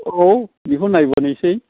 औ बिखौबो नायबोनोसै